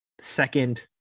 second